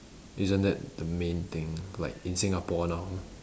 isn't that the main thing like in singapore now